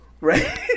right